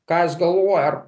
ką jos galvoja ar